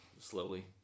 slowly